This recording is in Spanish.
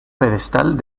pedestal